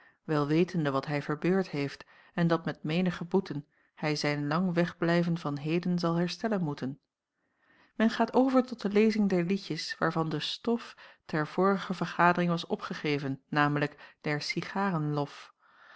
wel wetende wat hij verbeurd heeft en dat met menige boeten hij zijn lang wegblijven van heden zal herstellen moeten men gaat over tot de lezing der liedjes waarvan de stof ter vorige vergadering was opgegeven namelijk der cigaren lof